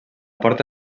porta